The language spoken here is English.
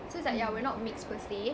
so it's like yeah we're not mixed per say